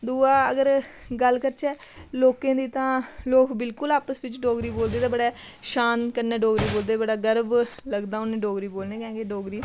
दूआ अगर गल्ल करचै लोकें दी तां लोक बिलकुल आपस बिच्च डोगरी बोलदे ते बड़े शान कन्नै डोगरी बोलदे बड़ा गर्व लगदा उनें डोगरी बोलने कैं कि डोगरी